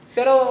Pero